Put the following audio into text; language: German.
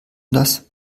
das